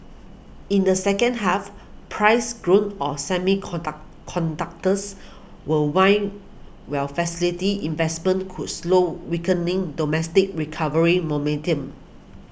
in the second half price growth of semiconductors will wane while facility investments could slow weakening domestic recovery momentum